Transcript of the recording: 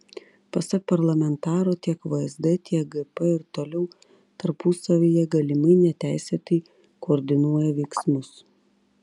pasak parlamentaro tiek vsd tiek gp ir toliau tarpusavyje galimai neteisėtai koordinuoja veiksmus